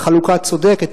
על חלוקה צודקת,